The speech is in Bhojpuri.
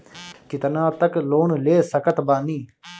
कितना तक लोन ले सकत बानी?